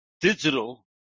Digital